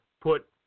put